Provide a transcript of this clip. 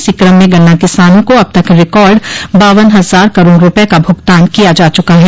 इसी क्रम में गन्ना किसानों को अब तक रिकार्ड बावन हजार करोड़ रूपये का भूगतान किया जा चुका है